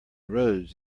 roads